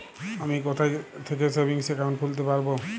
আমি কোথায় থেকে সেভিংস একাউন্ট খুলতে পারবো?